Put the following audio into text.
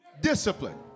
discipline